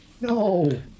No